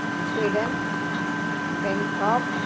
Sweden Bangkok